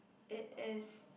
it is